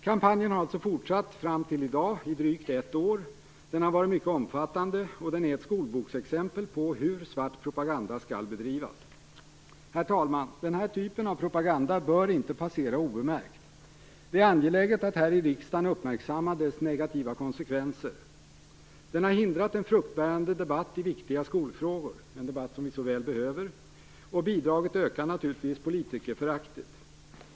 Kampanjen har alltså fortsatt fram till i dag, i drygt ett år. Den har varit mycket omfattande, och den är ett skolboksexempel på hur svart propaganda skall bedrivas. Herr talman! Den här typen av propaganda bör inte passera obemärkt. Det är angeläget att här i riksdagen uppmärksamma dess negativa konsekvenser. Den har hindrat en fruktbärande debatt i viktiga skolfrågor, en debatt som vi så väl behöver, och naturligtvis bidragit till att öka politikerföraktet.